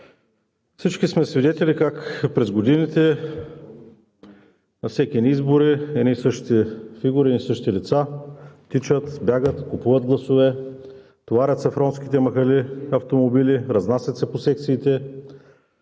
Всички сме свидетели как през годините на всички избори едни и същи фигури, едни и същи лица тичат, бягат, купуват гласове, товарят се в ромските махали автомобили, разнасят се по секциите,